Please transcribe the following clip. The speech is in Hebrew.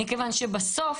מכיוון שבסוף,